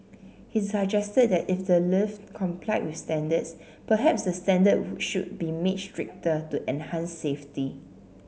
he suggested that if the lift complied with standards perhaps the standard should be made stricter to enhance safety